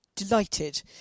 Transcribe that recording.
delighted